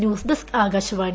ന്യൂസ്ഡെസ്ക്ആകാശവാണി